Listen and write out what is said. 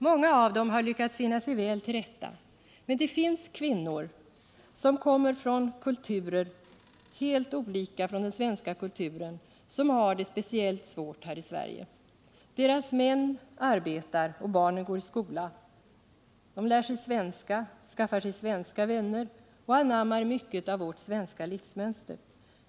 Många av dem har lyckats finna sig väl till rätta, men det finns kvinnor — särskilt de som kommer från kulturer, helt olika den svenska kulturen — som har det svårt här i Sverige. Deras män arbetar och barnen går i skolan, lär sig svenska, skaffar sig svenska vänner och anammar mycket av vårt svenska livsmönster.